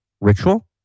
ritual